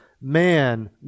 man